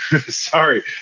sorry